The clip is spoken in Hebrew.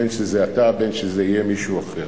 בין שזה אתה בין שזה יהיה מישהו אחר.